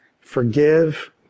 forgive